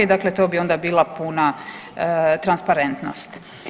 Dakle, to bi onda bila puna transparentnost.